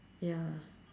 ya